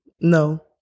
No